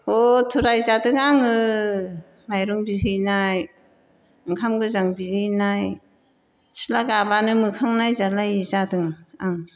खथ' रायजादों आङो माइरं बिहैनाय ओंखाम गोजां बिहैनाय सिथ्ला गाबानो मोखां नायजालायि जादों आं